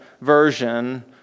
version